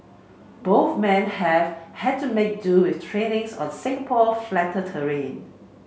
both men have had to make do with trainings on Singapore flatter terrain